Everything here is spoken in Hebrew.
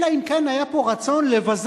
אלא אם כן היה פה רצון לבזות